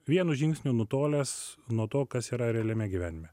vienu žingsniu nutolęs nuo to kas yra realiame gyvenime